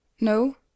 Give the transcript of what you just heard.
no